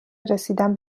رسیدن